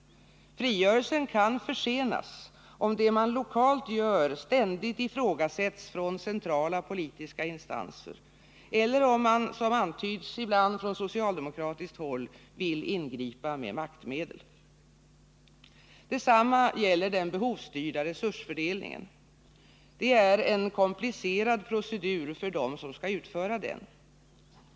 Frigörelsen kan försenas, om det man lokalt gör ständigt ifrågasätts från centrala politiska instanser eller om man, som ibland antyds från socialdemokratiskt håll, vill ingripa med maktmedel. Detsamma gäller den behovsstyrda resursfördelningen. Den är en komplicerad procedur för dem som skall utföra den.